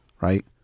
right